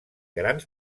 grans